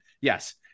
yes